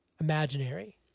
imaginary